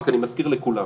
רק אני מזכיר לכולם: